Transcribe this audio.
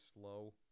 slow